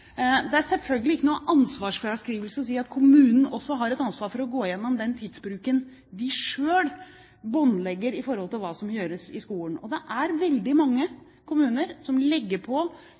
Det er selvfølgelig ikke noen ansvarsfraskrivelse å si at kommunen også har et ansvar for å gå igjennom den tidsbruken de selv båndlegger når det gjelder hva som gjøres i skolen. Det er veldig mange kommuner som legger på